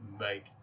make